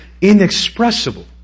inexpressible